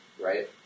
right